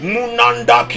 Munanda